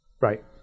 Right